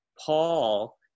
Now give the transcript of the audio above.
Paul